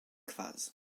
phases